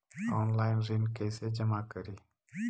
Online ऋण कैसे जमा करी?